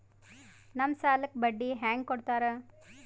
ನಮ್ ಸಾಲಕ್ ಬಡ್ಡಿ ಹ್ಯಾಂಗ ಕೊಡ್ತಾರ?